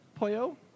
Poyo